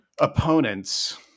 opponents